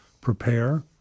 prepare